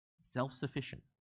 self-sufficient